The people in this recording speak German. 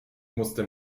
musste